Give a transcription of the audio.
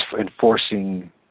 enforcing